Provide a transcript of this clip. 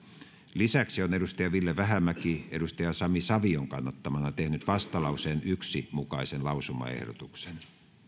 lisäksi on ville vähämäki sami savion kannattamana tehnyt vastalauseen yhden mukaisen lausumaehdotuksen